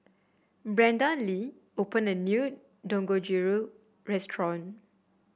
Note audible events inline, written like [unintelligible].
Brandee [unintelligible] opened a new Dangojiru Restaurant